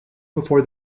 before